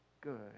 good